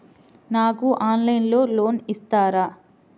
నాకు ఆన్లైన్లో లోన్ ఇస్తారా?